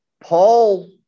Paul